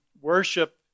worship